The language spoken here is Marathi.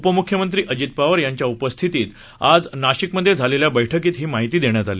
उपम्रख्यमंत्रीअजितपवारयांच्याउपस्थितीतआजनाशिकमध्येझालेल्याबैठकीतहीमाहितीदेण्यातआली